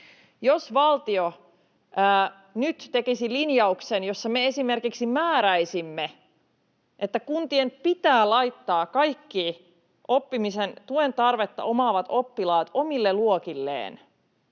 Jos valtio nyt tekisi linjauksen, jossa me esimerkiksi määräisimme, että kuntien pitää laittaa kaikki oppimisen tuen tarvetta omaavat oppilaat omille luokilleen,